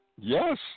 Yes